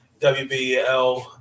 WBL